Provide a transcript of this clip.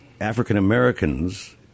African-Americans